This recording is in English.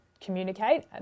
communicate